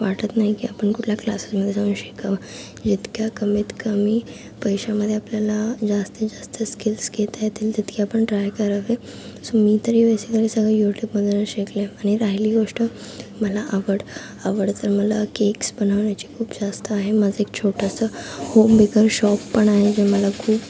वाटत नाही की कुठल्या क्लासमध्ये जाऊन शिकावं इतक्या कमीत कमी पैशामध्ये आपल्याला जास्तीत जास्त स्किल्स घेता येतील तितके आपण ट्राय करावे सो मी तरी बेसिकली सगळं यूट्यूबमधूनच शिकले आणि राहिली गोष्ट मला आवड आवड तर मला केक्स बनवण्याची खूप जास्त आहे माझं एक छोटंसं होम बेकर शॉप पण आहे जे मला खूप